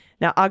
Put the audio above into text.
Now